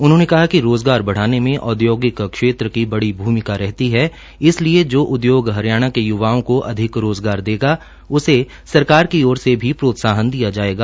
उन्होंने रोजगार बढ़ाने में औद्योगिक क्षेत्र की बड़ी भूमिका रहती हैइसलिए जो उद्योग हरियाणा के य्वाओं को अधिक रोजगार देगी उसे सरकार की ओर से भी प्रोत्साहन दिया जाएगा